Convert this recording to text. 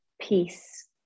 Peace